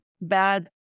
bad